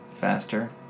Faster